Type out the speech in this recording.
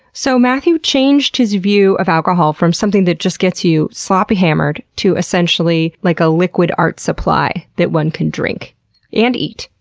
so, matthew changed his view of alcohol from something that just gets you sloppy hammered to essentially like a liquid art supply that one can drink and eat.